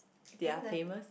paying the